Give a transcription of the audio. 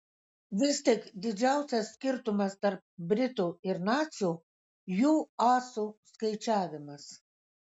vis tik didžiausias skirtumas tarp britų ir nacių jų asų skaičiavimas